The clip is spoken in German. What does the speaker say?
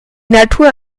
natur